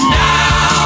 now